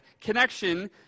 connection